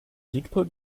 südpol